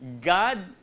God